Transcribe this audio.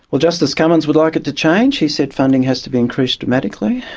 well, justice cummins would like it to change. he said funding has to be increased dramatically,